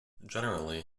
generally